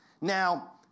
now